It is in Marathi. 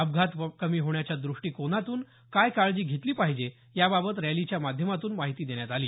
अपघात कमी होण्याच्या द्रष्टिकोनातून काय काळजी घेतली पाहिजे याबाबत रॅलीच्या माध्यमातून माहिती देण्यात आली